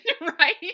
right